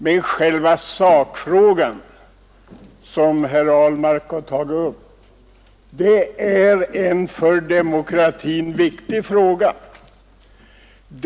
Men själva den sakfråga som herr Ahlmark har tagit upp är en för demokratin viktig fråga.